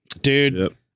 Dude